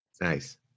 Nice